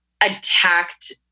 attacked